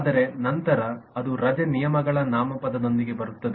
ಆದರೆ ನಂತರ ಅದು ರಜೆ ನಿಯಮಗಳ ನಾಮಪದದೊಂದಿಗೆ ಬರುತ್ತದೆ